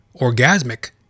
orgasmic